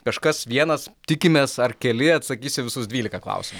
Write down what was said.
kažkas vienas tikimės ar keli atsakys į visus dvylika klausimų